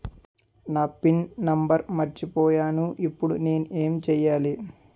నా pin number మర్చిపోయాను ఇప్పుడు నేను ఎంచేయాలి?